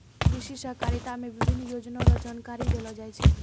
कृषि सहकारिता मे विभिन्न योजना रो जानकारी देलो जाय छै